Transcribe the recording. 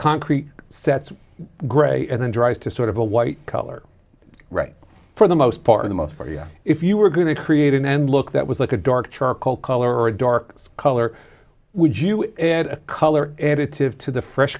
concrete sets gray and then dries to sort of a white color right for the most part of the month for you if you were going to create an end look that was like a dark charcoal color or a dark color would you add a color additive to the fresh